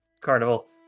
carnival